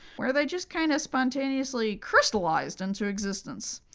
where they just kind of spontaneously crystallized into existence.